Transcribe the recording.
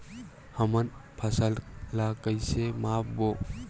हमन फसल ला कइसे माप बो?